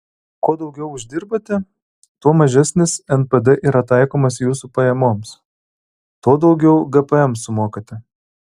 kuo daugiau uždirbate tuo mažesnis npd yra taikomas jūsų pajamoms tuo daugiau gpm sumokate